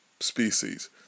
Species